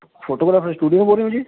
photography studio ਬੋਲ ਰਹੇ ਓ ਜੀ